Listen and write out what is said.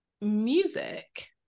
music